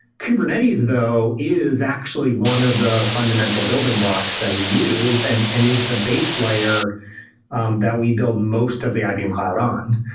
kubernetes though is actually one of the fundamental building blocks that we use and and is the base layer um that we build most of the ibm cloud on.